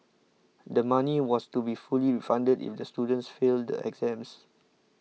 the money was to be fully refunded if the students fail the exams